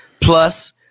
plus